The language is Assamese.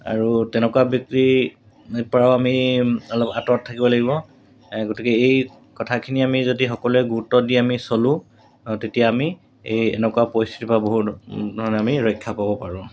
আৰু তেনেকুৱা ব্যক্তিৰপৰাও আমি অলপ আঁতৰত থাকিব লাগিব গতিকে এই কথাখিনি আমি যদি সকলোৱে গুৰুত্ব দি আমি চলোঁ তেতিয়া আমি এই এনেকুৱা পৰিস্থিতিৰপৰা বহুত ধৰণে আমি ৰক্ষা পাব পাৰোঁ